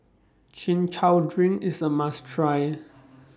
Chin Chow Drink IS A must Try